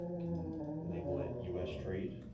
label it us trade.